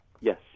Yes